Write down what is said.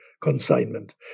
consignment